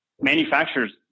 manufacturers